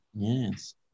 Yes